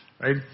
right